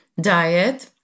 diet